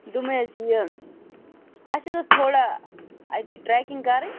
دوٚپمَے حظ یہِ اَسہِ حظ اوس تھوڑا اَتہِ ٹرٛیکِنٛگ کَرٕنۍ